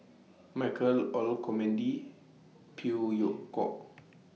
Michael Olcomendy Phey Yew Kok